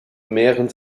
mehren